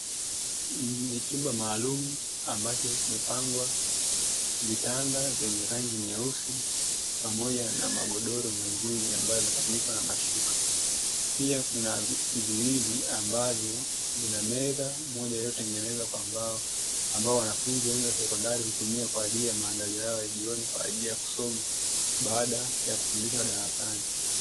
Ni chumba maalum ambacho kimepangwa vitanda vyenye rangi nyeusi pamoja na magodoro mazuri ambayo yametandikwa na mashuka. Pia kuna viti viwili ambavyo vina meza moja iliyotengenezwa kwa mbao, ambao wanafunzi wengi wa sekondari hutumia kwa ajili ya maandalio ya jioni, kwa ajili ya kusoma baada ya kufundishwa darasani.